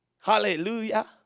Hallelujah